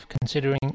considering